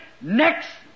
next